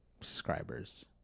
subscribers